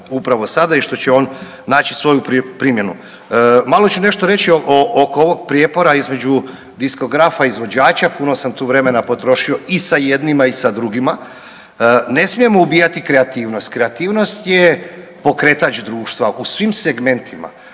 upravo sada i što će on naći svoju primjenu. Malo ću nešto reći oko ovog prijepora između diskografa izvođača, puno sam tu vremena potrošio i sa jednima i sa drugima. Ne smijemo ubijati kreativnost, kreativnost je pokretač društva u svim segmentima